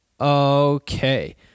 Okay